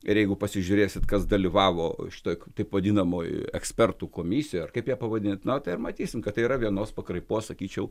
ir jeigu pasižiūrėsit kas dalyvavo šitoj taip vadinamoj ekspertų komisijoj ar kaip ją pavadint na tai ir matysim kad tai yra vienos pakraipos sakyčiau